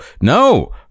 No